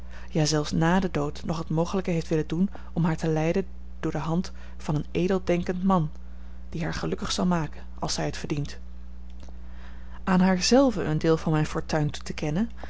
ja zelfs na den dood nog het mogelijke heeft willen doen om haar te leiden door de hand van een edeldenkend man die haar gelukkig zal maken als zij het verdient aan haar zelve een deel van mijne fortuin toe te kennen